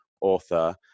author